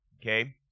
Okay